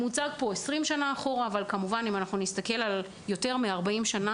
מוצג פה 20 שנים אחורה אבל כמובן שאם נסתכל על יותר מ-40 שנים